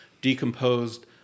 decomposed